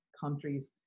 countries